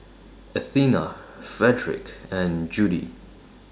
Athena Fredric and Judie